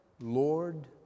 Lord